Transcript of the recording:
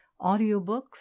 audiobooks